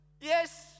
Yes